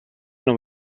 non